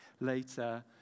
later